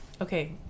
Okay